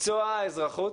מקצוע האזרחות